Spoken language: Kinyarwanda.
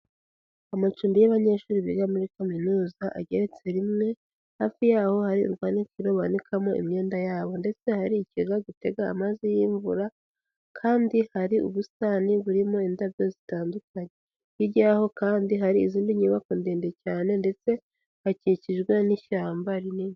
Amacumbi y'abanyeshuri biga muri kaminuza ageretse rimwe, hafi y'aho hari urwanikiro banikamo imyenda yabo, ndetse hari ikigega gitega amazi y'imvura kandi hari ubusitani burimo indabyo zitandukanye; hirya y'aho kandi hari izindi nyubako ndende cyane ndetse hakikijwe n'ishyamba rinini.